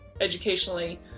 educationally